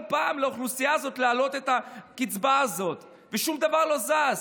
פעם לאוכלוסייה הזאת להעלות את הקצבה הזאת ושום דבר לא זז.